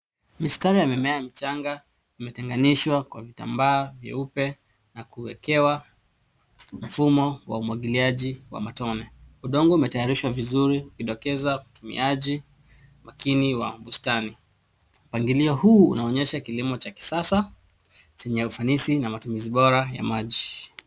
Mistari ya mimea michanga imetenganishwa kwa vitambaa vyeupe na kuwekewa mfumo wa umwangiliaji wa matone. Udongo umetayarishwa vizuri ukidokeza utumiaji makini wa bustani. Mpangilio huu unaonyesha kilimo cha kisasa chenye ufanisi na matumizi bora ya maji.